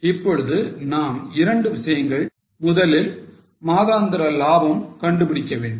இப்பொழுது நாம் இரண்டு விஷயங்கள் செய்ய வேண்டும் முதலில் மாதாந்திர லாபம் கண்டுபிடிக்க வேண்டும்